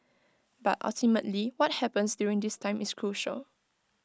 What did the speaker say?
but ultimately what happens during this time is crucial